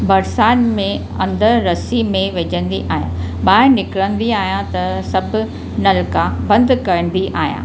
बरसाति में अंदरु रस्सी में विझंदी आहियां ॿाहिरि निकिरंदी आहियां त सभु नलका बंदि करंदी आहियां